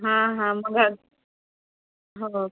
हां हां मग हो